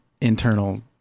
internal